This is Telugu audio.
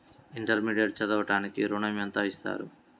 ఇంటర్మీడియట్ చదవడానికి ఋణం ఎంత ఇస్తారు?